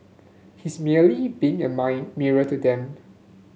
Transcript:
he's merely being a my mirror to them